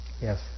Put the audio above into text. Yes